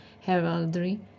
heraldry